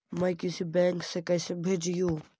मैं किसी बैंक से कैसे भेजेऊ